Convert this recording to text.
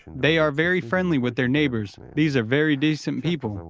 they are very friendly with their neighbors, these are very decent people,